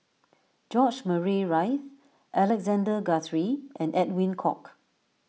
George Murray Reith Alexander Guthrie and Edwin Koek